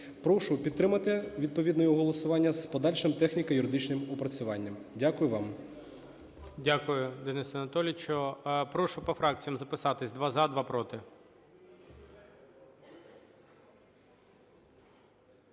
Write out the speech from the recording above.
Прошу підтримати відповідним голосуванням з подальшим техніко-юридичним опрацюванням. Дякую вам. ГОЛОВУЮЧИЙ. Дякую, Денисе Анатолійовичу. Прошу по фракціям записатись: два – за, два – проти.